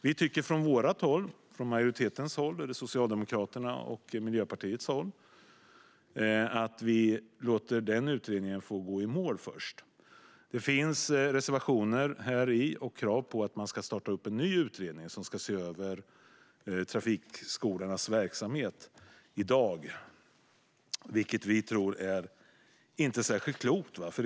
Vi från Miljöpartiet och Socialdemokraterna tycker att vi först ska låta den utredningen gå i mål. Det finns i dag reservationer och krav på att man starta upp en ny utredning som ska se över trafikskolornas verksamhet, vilket vi inte tror är särskilt klokt.